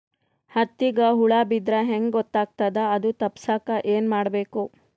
ಹತ್ತಿಗ ಹುಳ ಬಿದ್ದ್ರಾ ಹೆಂಗ್ ಗೊತ್ತಾಗ್ತದ ಅದು ತಪ್ಪಸಕ್ಕ್ ಏನ್ ಮಾಡಬೇಕು?